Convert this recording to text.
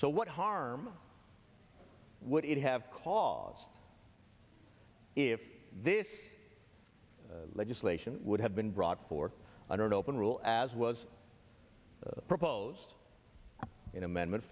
so what harm erm would it have called if this legislation would have been brought before i don't open rule as was proposed in amendment